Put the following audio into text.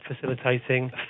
facilitating